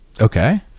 Okay